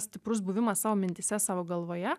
stiprus buvimas savo mintyse savo galvoje